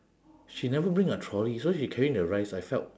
she never bring a trolley so she carrying the rice I felt